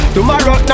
Tomorrow